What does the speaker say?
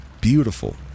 Beautiful